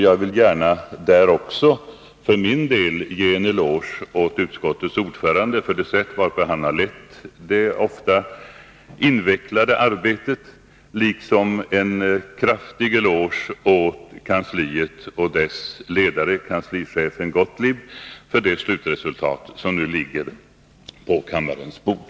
Jag vill där för min del gärna ge en eloge åt utskottets ordförande för det sätt varpå han har lett det ofta invecklade arbetet, liksom jag vill ge en kraftig eloge åt kansliet och dess ledare, kanslichefen Gottlieb, för det slutresultat som nu ligger på kammarens bord.